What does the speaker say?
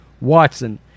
Watson